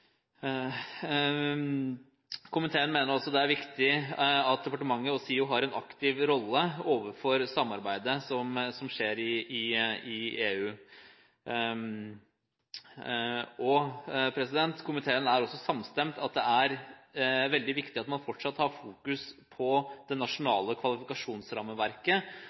Komiteen mener det er viktig at departementet og SIU har en aktiv rolle i samarbeidet som skjer i EU, og komiteen er samstemt i at det er veldig viktig at man fortsatt har fokus på det nasjonale kvalifikasjonsrammeverket